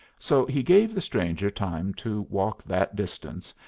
so, he gave the stranger time to walk that distance,